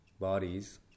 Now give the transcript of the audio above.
bodies